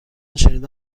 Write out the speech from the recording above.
شنیده